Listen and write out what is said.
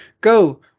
Go